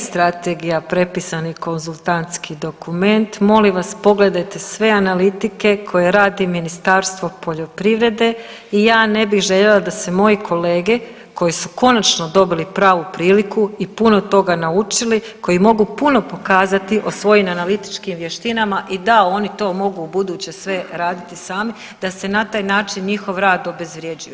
Nije strategija prepisani konzultantski dokument, molim vas pogledajte sve analitike koje radi Ministarstvo poljoprivrede i ja ne bih željela da se moji kolege koji su konačno dobili pravu priliku i puno toga naučili, koji mogu puno pokazati o svojim analitičkim vještinama i da oni to mogu ubuduće sve raditi sami da se na taj način njihov rad obezvrjeđuje.